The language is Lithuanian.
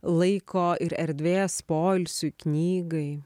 laiko ir erdvės poilsiui knygai